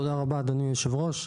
תודה רבה אדוני יושב הראש.